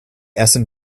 essen